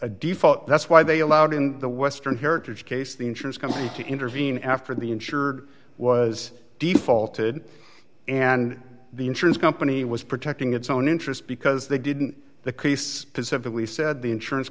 default that's why they allowed in the western heritage case the insurance company to intervene after the insured was defaulted and the insurance company was protecting its own interest because they didn't the case pacifically said the insurance